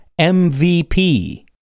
MVP